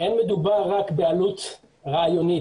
שאין מדובר רק בעלות רעיונית.